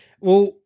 Well-